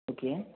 okay